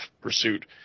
pursuit